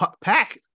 Pack